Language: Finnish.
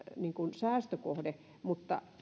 säästökohde mutta